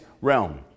realm